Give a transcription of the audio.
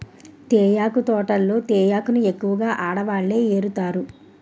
తేయాకు తోటల్లో తేయాకును ఎక్కువగా ఆడవాళ్ళే ఏరుతారు